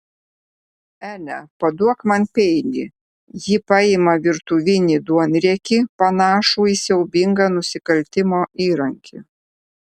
ele paduok man peilį ji paima virtuvinį duonriekį panašų į siaubingą nusikaltimo įrankį